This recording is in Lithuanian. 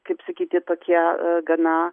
kaip sakyti tokia gana